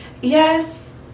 Yes